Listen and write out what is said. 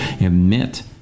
Admit